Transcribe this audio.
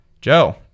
Joe